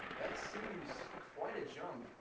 that's seems quite a jump.